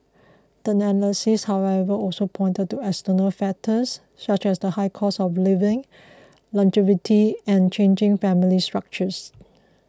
the analysts however also pointed to external factors such as the higher cost of living longevity and changing family structures